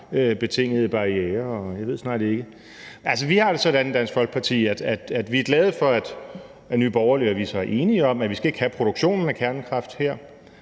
betingede barrierer, og jeg ved snart ikke hvad. Vi har det sådan i Dansk Folkeparti, at vi er glade for, at vi og Nye Borgerlige så er enige om, at vi ikke skal have produktion af kernekraft her.